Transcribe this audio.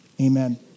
amen